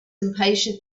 impatient